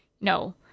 No